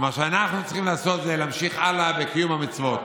ומה שאנחנו צריכים לעשות זה להמשיך הלאה בקיום המצוות.